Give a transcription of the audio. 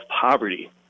poverty